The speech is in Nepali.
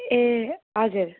ए हजुर